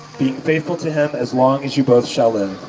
be faithful to him as long as you both shall live?